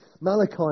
Malachi